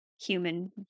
human